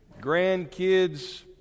grandkids